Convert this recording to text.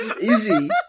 Easy